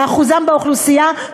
לאחוזם באוכלוסייה,